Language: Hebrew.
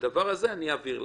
בדבר הזה, היא תעביר להם.